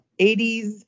80s